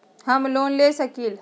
हम लोन ले सकील?